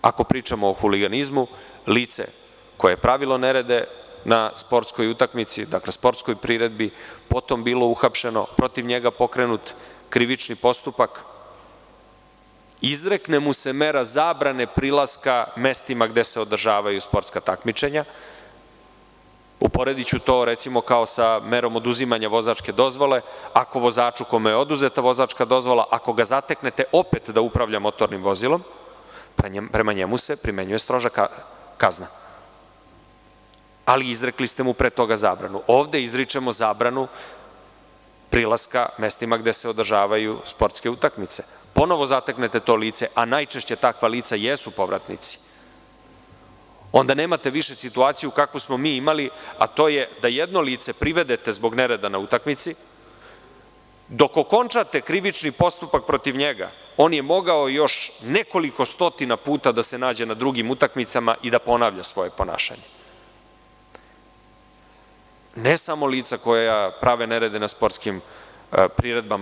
Ako pričamo o huliganizmu, lice koje je pravilo nerede na sportskoj utakmici, sportskoj priredbi, potom bilo uhapšeno, protiv njega pokrenut krivični postupak, izrekne mu se mera zabrane prilaska mestima gde se održavaju sportska takmičenja, uporediću to kao sa merom oduzimanja vozačke dozvole, ako vozača, kome je oduzeta dozvola, zateknete opet da upravlja motornim vozilom, prema njemu se primenjuje stroža kazna, ali pre toga ste mu izrekli zabranu, ovde izričemo zabranu prilaska mestima gde se održavaju sportske utakmice, ponovo zateknete to lice, a najčešće takva lica jesu povratnici, onda nemate više situaciju kakvu smo imali, a to je da jedno lice privedete zbog nereda na utakmici, dok okončate krivični postupak protiv njega, on je mogao još nekoliko stotina puta da se nađe na drugim utakmicama i da ponavlja svoje ponašanje, ne samo lica koja prave nerede na sportskim priredbama.